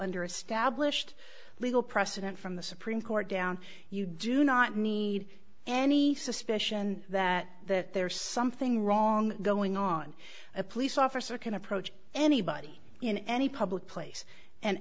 under a stablished legal precedent from the supreme court down you do not need any suspicion that that there's something wrong going on a police officer can approach anybody in any public place and